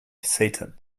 satan